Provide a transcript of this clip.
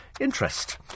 interest